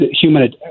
human